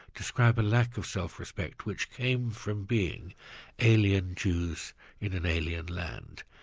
describe a lack of self-respect, which came from being alien jews in an alien land.